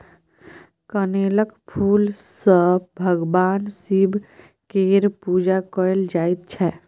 कनेलक फुल सँ भगबान शिब केर पुजा कएल जाइत छै